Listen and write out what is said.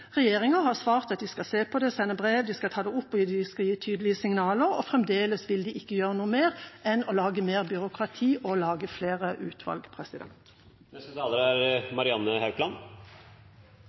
Regjeringa har svart at de skal se på det, sende brev, ta det opp, gi tydelige signaler. Fremdeles vil de ikke gjøre noe mer enn å lage mer byråkrati og sette ned flere utvalg.